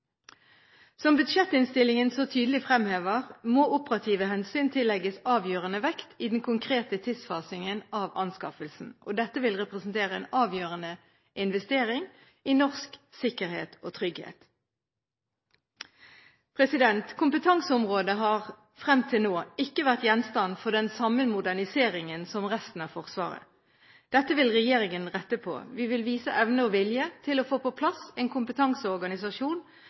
Som budsjettinnstillingen så tydelig fremhever, må operative hensyn tillegges avgjørende vekt i den konkrete tidsfasingen av anskaffelsen. Dette vil representere en avgjørende investering i norsk sikkerhet og trygghet. Kompetanseområdet har frem til nå ikke vært gjenstand for den samme moderniseringen som resten av Forsvaret. Dette vil regjeringen rette på. Vi vil vise evne og vilje til å få på plass en kompetanseorganisasjon